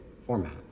format